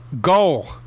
goal